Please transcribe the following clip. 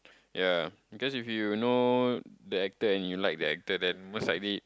ya guess if you know the actor and you like the actor then most likely